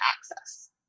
access